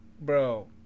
bro